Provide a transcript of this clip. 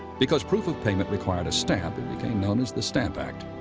because proof of payment required stamp, it became known as the stamp act.